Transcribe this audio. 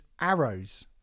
Arrows